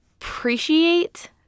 appreciate